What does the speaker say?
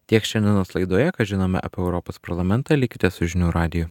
tiek šiandienos laidoje ką žinome apie europos parlamentą likite su žinių radiju